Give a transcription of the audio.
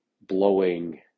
blowing